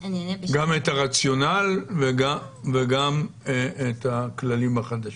גם את הרציונל וגם את הכללים החדשים.